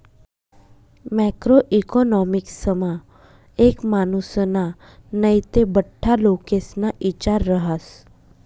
macro इकॉनॉमिक्समा एक मानुसना नै ते बठ्ठा लोकेस्ना इचार रहास